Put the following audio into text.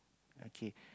okay